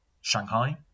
Shanghai